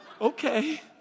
Okay